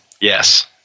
Yes